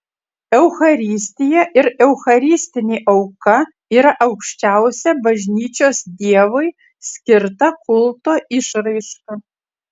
eucharistija ir eucharistinė auka yra aukščiausia bažnyčios dievui skirta kulto išraiška